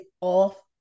off